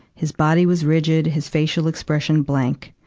his body was rigid, his facial expression blank.